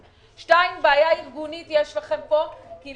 יש לכם כאן בעיה ארגונית כי